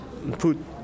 Put